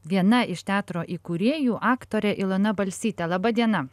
viena iš teatro įkūrėjų aktorė ilona balsytė laba diena